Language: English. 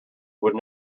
would